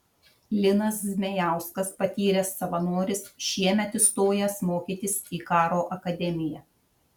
linas zmejauskas patyręs savanoris šiemet įstojęs mokytis į karo akademiją